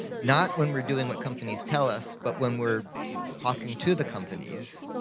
not when we're doing what companies tell us, but when we're talking to the companies.